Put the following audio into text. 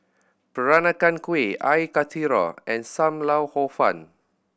Peranakan Kueh Air Karthira and Sam Lau Hor Fun